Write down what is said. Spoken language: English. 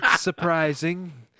surprising